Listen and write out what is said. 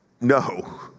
No